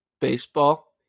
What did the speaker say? baseball